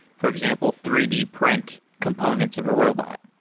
for example, three d print components of a robot?